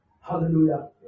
Hallelujah